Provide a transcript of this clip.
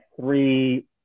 three